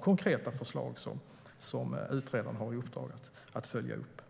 konkreta förslag som utredaren har i uppdrag att följa upp.